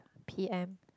P_M